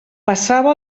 passava